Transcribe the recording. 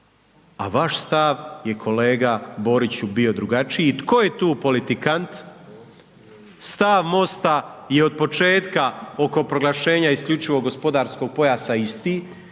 a vaš stav je, kolega Boriću bio drugačiji. Tko je tu politikant? Stav MOST-a je od početka oko proglašenja isključivo gospodarskog pojasa isti.